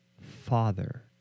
Father